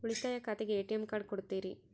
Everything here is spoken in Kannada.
ಉಳಿತಾಯ ಖಾತೆಗೆ ಎ.ಟಿ.ಎಂ ಕಾರ್ಡ್ ಕೊಡ್ತೇರಿ?